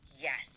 Yes